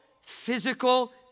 physical